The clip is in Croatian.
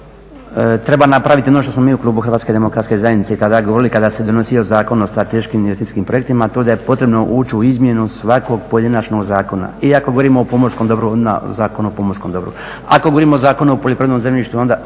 treba napraviti ono što smo mi u klubu HDZ-a tada govorili kada se donosio Zakon o strateškim investicijskim projektima, a to je da je potrebno ući u izmjenu svakog pojedinačnog zakona. I ako govorimo o pomorskom dobru i Zakon o pomorskom dobru. Ako govorimo o Zakonu o poljoprivrednom zemljištu onda